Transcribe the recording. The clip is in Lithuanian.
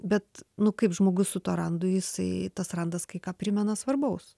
bet nu kaip žmogus su tuo randu jisai tas randas kai ką primena svarbaus